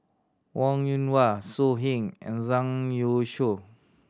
Wong Yoon Wah So Heng and Zhang Youshuo